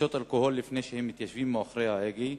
לשתות אלכוהול לפני שהם מתיישבים מאחורי ההגה,